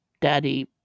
daddy